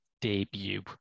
debut